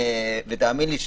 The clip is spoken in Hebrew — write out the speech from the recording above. ותאמין לי,